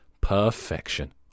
Perfection